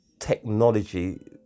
technology